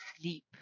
sleep